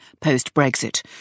post-Brexit